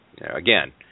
again